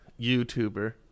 YouTuber